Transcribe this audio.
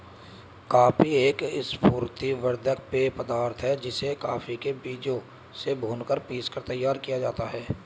coffee एक स्फूर्ति वर्धक पेय पदार्थ है जिसे कॉफी के बीजों से भूनकर पीसकर तैयार किया जाता है